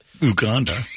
Uganda